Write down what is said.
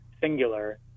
singular